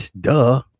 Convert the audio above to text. duh